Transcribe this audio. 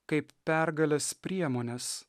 kaip pergalės priemones